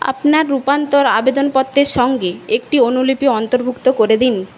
আপনার রূপান্তর আবেদনপত্রের সঙ্গে একটি অনুলিপি অন্তর্ভুক্ত করে দিন